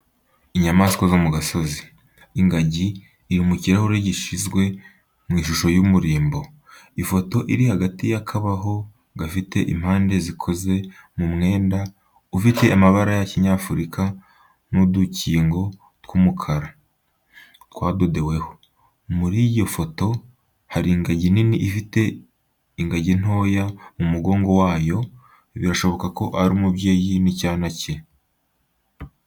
Inyamaswa zo mu gasozi. Ingagi iri mu kirahure gishyizwe mu ishusho y’umurimbo. Ifoto iri hagati y’akabaho gafite impande zikoze mu mwenda ufite amabara ya kinyafurika n’udukingo tw’umukara twadodeweho. Muri iyo foto, hari ingagi nini ifite ingagi ntoya iri ku mugongo wayo, birashoboka ko ari umubyeyi n’icyana cye .